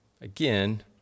again